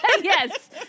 Yes